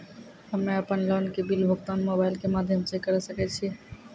हम्मे अपन लोन के बिल भुगतान मोबाइल के माध्यम से करऽ सके छी?